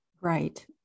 Right